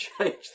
changed